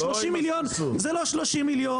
30 מיליון זה לא 30 מיליון,